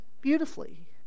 beautifully